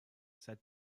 said